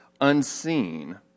unseen